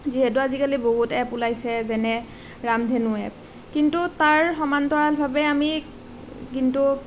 যিহেতু আজিকালি বহুত এপ ওলাইছে যেনে ৰামধেনু এপ কিন্তু তাৰ সমান্তৰালভাবে আমি কিন্তু